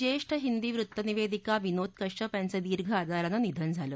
ज्यातीहिंदी वृत्तनिवडिका विनोद कश्यप यांचं दीर्घ आजारानं निधन झालं